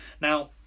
now